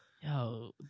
yo